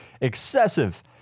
excessive